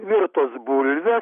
virtos bulvės